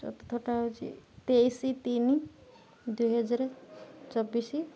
ଚତୁର୍ଥଟା ହେଉଛି ତେଇଶି ତିନି ଦୁଇହଜାର ଚବିଶି